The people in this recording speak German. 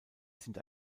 sind